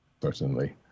personally